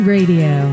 Radio